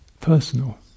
personal